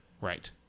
Right